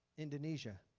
indonesia.